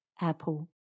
apple